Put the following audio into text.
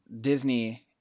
Disney –